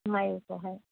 माइखौहाय